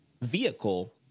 vehicle